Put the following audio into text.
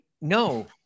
No